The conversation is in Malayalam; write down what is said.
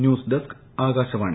news desk Akashvani